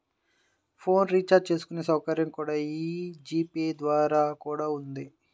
phone recharge చేసుకునే సౌకర్యం కూడా యీ జీ పే ద్వారా కూడా ఉంది